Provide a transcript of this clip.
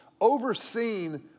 overseen